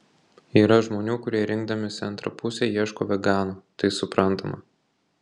yra žmonių kurie rinkdamiesi antrą pusę ieško vegano tai suprantama